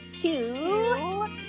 Two